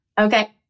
Okay